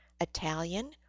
Italian